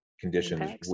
conditions